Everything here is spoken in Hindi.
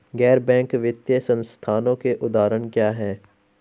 गैर बैंक वित्तीय संस्थानों के उदाहरण क्या हैं?